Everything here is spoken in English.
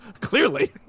Clearly